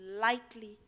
lightly